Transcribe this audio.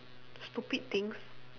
stupid things